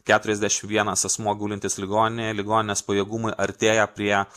keturiasdešim vienas asmuo gulintis ligoninėje ligoninės pajėgumai artėja prie